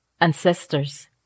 ancestors